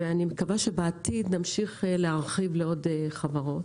ואני מקווה שבעתיד נמשיך להרחיב את זה לעוד חברות,